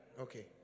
Okay